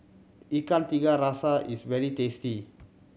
Ikan Tiga Rasa is very tasty